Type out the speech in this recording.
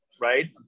right